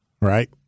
right